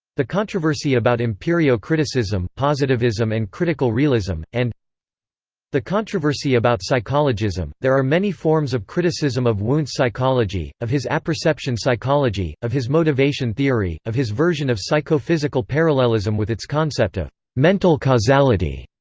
the controversy about empirio-criticism, positivism and critical realism, and the controversy about psychologism there are many forms of criticism of wundt's psychology, of his apperception psychology, of his motivation theory, of his version of psychophysical parallelism with its concept of mental causality,